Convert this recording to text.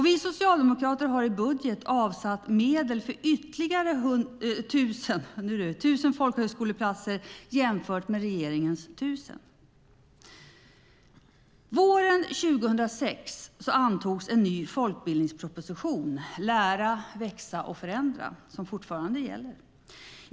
Vi socialdemokrater har i budget avsatt medel för ytterligare 1 000 folkhögskoleplatser, utöver regeringens 1 000. Våren 2006 antogs en ny folkbildningsproposition - Lära, växa, förändra - som fortfarande gäller.